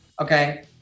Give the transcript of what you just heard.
Okay